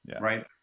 right